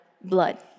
blood